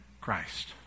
Christ